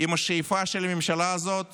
עם השאיפה של הממשלה הזאת